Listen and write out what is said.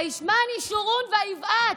"וישמן ישרון ויבעט".